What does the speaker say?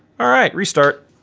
all right, restart.